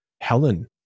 Helen